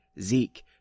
Zeke